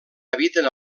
habiten